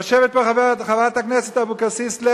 יושבת פה חברת הכנסת לוי אבקסיס.